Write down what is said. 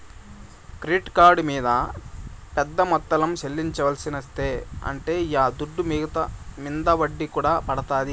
credit card మింద పెద్ద మొత్తంల చెల్లించాల్సిన స్తితే ఉంటే ఆ దుడ్డు మింద ఒడ్డీ కూడా పడతాది